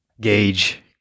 gauge